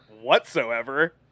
whatsoever